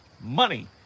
money